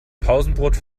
pausenbrot